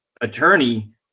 attorney